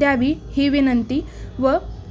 द्यावी ही विनंती व